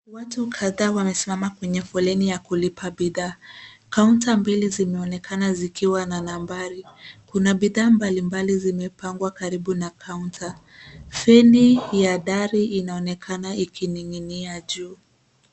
Watu kadhaa wamesimama kwenye foleni ya kulipa bidhaa. Kaunta mbili zimeonekana zikiwa na nambari. Kuna bidhaa mbalimbali zimepangwa karibu na kaunta. Feni ya dari inaonekana ikining'inia juu.